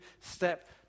step